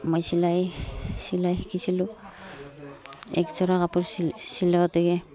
মই চিলাই চিলাই শিকিছিলোঁ একযোৰা কাপোৰ চিলাওঁতে